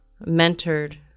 mentored